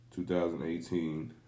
2018